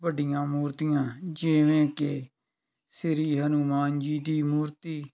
ਵੱਡੀਆਂ ਮੂਰਤੀਆਂ ਜਿਵੇਂ ਕਿ ਸ੍ਰੀ ਹਨੂੰਮਾਨ ਜੀ ਦੀ ਮੂਰਤੀ